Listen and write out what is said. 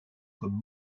comme